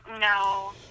no